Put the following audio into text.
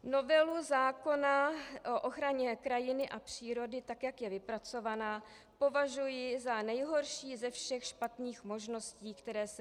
Novelu zákona o ochraně krajiny a přírody, tak jak je vypracovaná, považuji za nejhorší ze všech špatných možností, které se nabízejí.